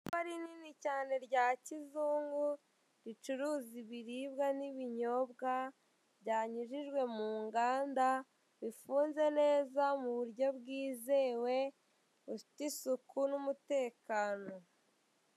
Iduka rinini cyane rya kizungu, ricuruza ibiribwa n'ibinyobwa byanyujijwe mu nganda, bifunze neza mu buryo bwizewe, bifite isuku n'umutekano.